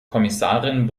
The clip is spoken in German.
kommissarin